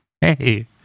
hey